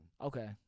Okay